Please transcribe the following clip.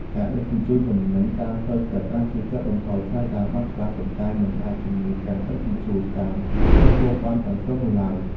ការដឹកជញ្ជូនទំនិញតាមផ្លូវទឹកអាចជួយកាត់បន្ថយថ្លៃដើមបានខ្លះ ប៉ុន្តែមិនអាចជំនួសការដឹកជញ្ជូនតាមផ្លូវគោកបានទាំងស្រុងនោះឡើយ។